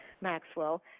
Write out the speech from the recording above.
Maxwell